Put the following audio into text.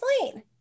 explain